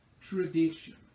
tradition